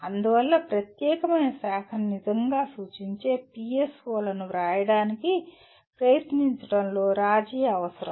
అందువల్ల ప్రత్యేకమైన శాఖను నిజంగా సూచించే PSO లను వ్రాయడానికి ప్రయత్నించడంలో రాజీ అవసరం